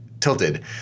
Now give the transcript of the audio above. tilted